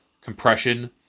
compression